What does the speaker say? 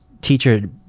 teacher